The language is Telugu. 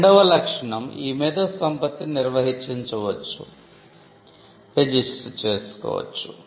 రెండవ లక్షణం ఈ మేధో సంపత్తిని నిర్వచించవచ్చు రిజిస్టర్ చేసుకోవచ్చు